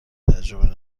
تجربه